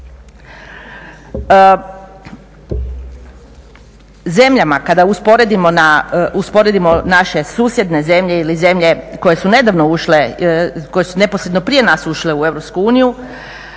Zemljama kada usporedimo naše susjedne zemlje ili zemlje koje su nedavno ušle, koje su neposredno prije nas ušle u